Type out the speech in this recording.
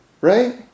Right